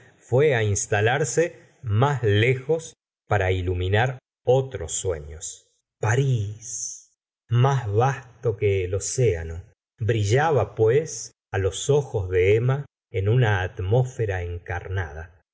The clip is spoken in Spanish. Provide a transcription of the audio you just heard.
figura fué instalarse más lejos para iluminar otros suefios parís más vasto que el océano brillaba pues los ojos de emma en una atmósfera encarnada